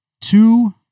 two